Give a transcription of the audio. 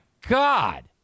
God